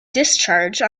discharge